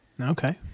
Okay